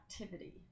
activity